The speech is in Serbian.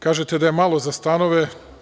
Kažete da je malo za stanove.